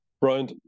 Brian